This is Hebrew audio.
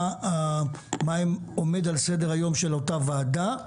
מה עומד על סדר היום של אותה ועדה?